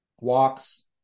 walks